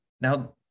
now